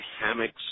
hammocks